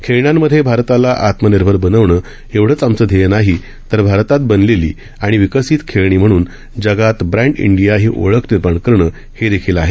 खेळण्यांमध्ये भारताला आत्मनिर्भर बनवणं एवढेच आमचे ध्येय नाही तर भारतात बनलेली आणि विकसित खेळणी म्हणून जगात ब्रँड इंडिया ही ओळख निर्माण करणं हे देखील आहे